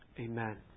Amen